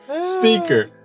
speaker